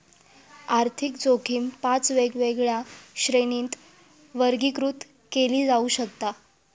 आर्थिक जोखीम पाच वेगवेगळ्या श्रेणींत वर्गीकृत केली जाऊ शकता